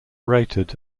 rated